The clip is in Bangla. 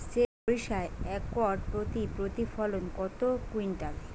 সেত সরিষা একর প্রতি প্রতিফলন কত কুইন্টাল?